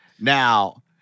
now